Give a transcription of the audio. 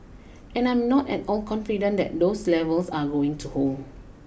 and I'm not at all confident that those levels are going to hold